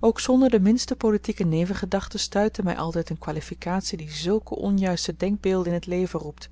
ook zonder de minste politieke nevengedachte stuitte my altyd een kwalifikatie die zulke onjuiste denkbeelden in t leven roept